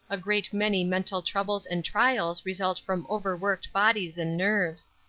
a great many mental troubles and trials result from overworked bodies and nerves.